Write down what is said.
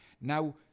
Now